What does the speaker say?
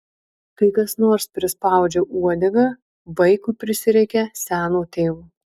kai kas nors prispaudžia uodegą vaikui prisireikia seno tėvo